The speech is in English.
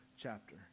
chapter